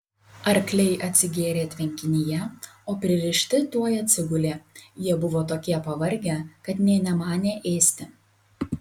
arkliai atsigėrė tvenkinyje o pririšti tuoj atsigulė jie buvo tokie pavargę kad nė nemanė ėsti